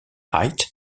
hythe